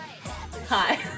Hi